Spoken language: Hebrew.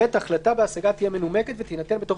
(ב) החלטה בהשגה תהיה מנומקת ותינתן בתוך